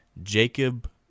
Jacob